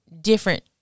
different